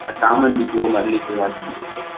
ஆ சாமந்திப்பூ மல்லிகைப்பூ